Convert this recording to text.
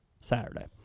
Saturday